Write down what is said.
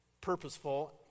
purposeful